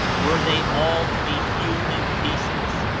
were they all to be hewn in pieces,